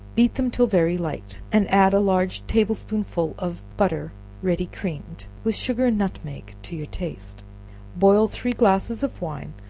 beat them till very light, and add a large table-spoonful of butter ready creamed, with sugar and nutmeg to your taste boil three glasses of wine,